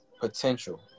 potential